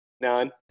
None